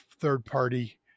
third-party